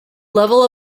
level